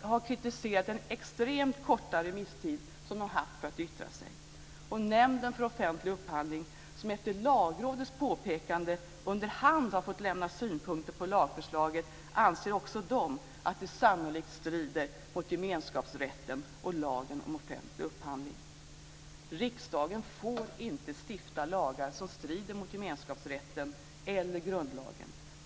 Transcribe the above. har kritiserat den extremt korta remisstid som de haft för att yttra sig. Lagrådets påpekande, under hand har fått lämna synpunkter på lagförslaget anser också att det sannolikt strider mot gemenskapsrätten och lagen om offentlig upphandling. Riksdagen får inte stifta lagar som strider mot gemenskapsrätten eller grundlagen.